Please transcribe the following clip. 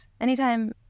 Anytime